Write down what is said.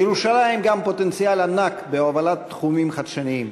לירושלים גם פוטנציאל ענק בהובלת תחומים חדשניים,